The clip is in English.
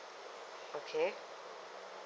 okay